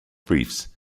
briefs